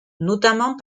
notamment